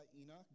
Enoch